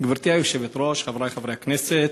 גברתי היושבת-ראש, חברי חברי הכנסת,